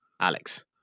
Alex